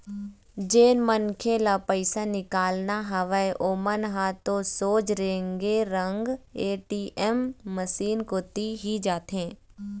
जेन मनखे ल पइसा निकालना हवय ओमन ह तो सोझ रेंगे रेंग ए.टी.एम मसीन कोती ही जाथे